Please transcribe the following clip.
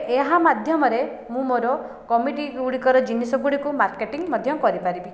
ଏହା ମାଧ୍ୟମରେ ମୁଁ ମୋର କମିଟି ଗୁଡ଼ିକର ଜିନିଷ ଗୁଡ଼ିକୁ ମାର୍କେଟିଂ ମଧ୍ୟ କରିପାରିବି